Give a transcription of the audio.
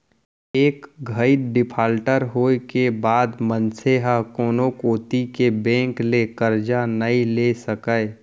एक घइत डिफाल्टर होए के बाद मनसे ह कोनो कोती के बेंक ले करजा नइ ले सकय